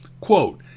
quote